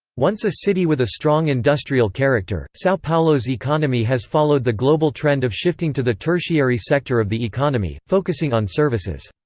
once a city with a strong industrial character, sao paulo's economy has followed the global trend of shifting to the tertiary sector of the economy, focusing on services.